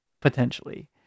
potentially